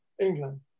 England